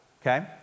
Okay